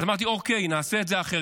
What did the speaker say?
אז אמרתי: אוקיי, נעשה את זה אחרת.